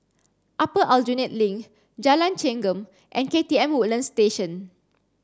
Upper Aljunied Link Jalan Chengam and K T M Woodlands Station